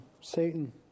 Satan